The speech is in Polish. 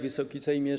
Wysoki Sejmie!